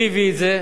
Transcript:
מי הביא את זה?